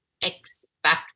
expect